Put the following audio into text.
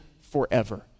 forever